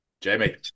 Jamie